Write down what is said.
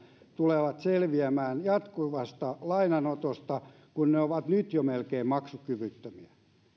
tulevat selviämään jatkuvasta lainanotosta kun ne ovat jo nyt melkein maksukyvyttömiä